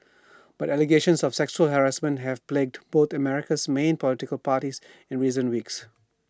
but allegations of sexual harassment have plagued both of America's main political parties in recent weeks